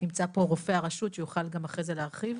נמצא פה רופא הרשות שיוכל אחרי זה להרחיב,